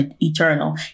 eternal